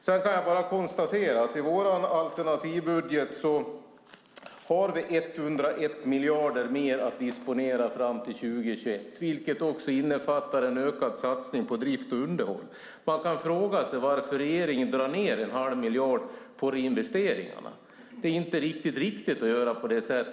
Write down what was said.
Sedan kan jag bara konstatera att i vår alternativbudget har vi 101 miljarder mer att disponera fram till 2021, vilket också innefattar en ökad satsning på drift och underhåll. Man kan fråga sig varför regeringen drar ned en halv miljard på reinvesteringarna. Det är inte riktigt riktigt att göra på det sättet.